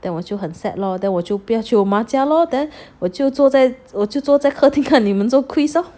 then 我就很 sad lor then 我就不要去我妈家咯 then 我就坐在我就坐在客厅看你们做 quiz lor